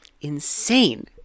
insane